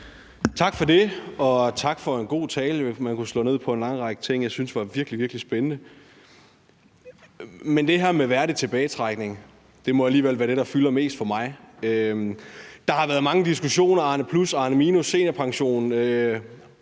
Tak for det. Og tak for en god tale. Jeg kunne slå ned på en lang række ting, jeg synes var virkelig, virkelig spændende, men det her med værdig tilbagetrækning må alligevel være det, der fylder mest for mig. Der har været mange diskussioner – Arnepluspension og Arneminuspension